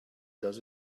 does